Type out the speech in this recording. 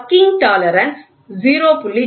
working tolerance 0